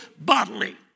bodily